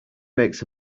makes